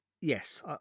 Yes